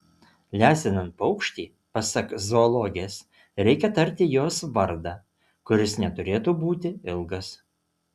lesinant paukštį pasak zoologės reikia tarti jos vardą kuris neturėtų būti ilgas